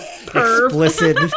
explicit